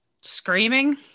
screaming